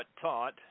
taught